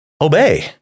obey